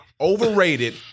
overrated